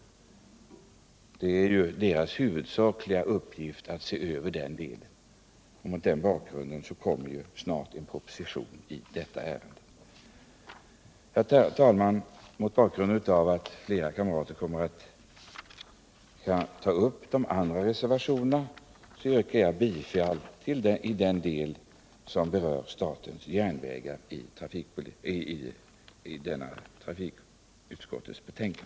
Det är deras huvuduppgift att se över den delen. Och det kommer snart en proposition i ärendet. Herr talman! Mot bakgrund av att flera kamrater kommer att ta upp de andra reservationerna vill jag nu bara yrka bifall till utskottets hemställan i den del som berör SJ.